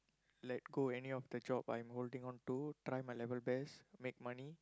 let go any of the job I'm holding on to try my level best make money